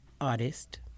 artist